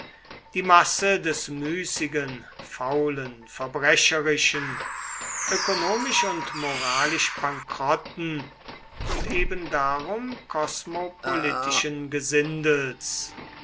die masse des müßigen faulen verbrecherischen ökonomisch und moralisch bankrotten und eben darum kosmopolitischen gesindels